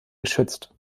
geschützt